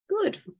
good